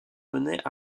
menait